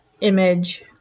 image